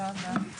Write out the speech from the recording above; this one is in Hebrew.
הישיבה ננעלה בשעה